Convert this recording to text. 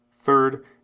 third